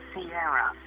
Sierra